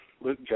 Luke